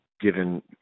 given